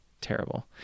Terrible